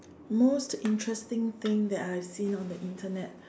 most interesting thing that I have seen on the Internet